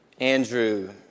Andrew